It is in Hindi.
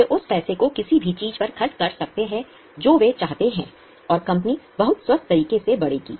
वे उस पैसे को किसी भी चीज पर खर्च कर सकते हैं जो वे चाहते हैं और कंपनी बहुत स्वस्थ तरीके से बढ़ेगी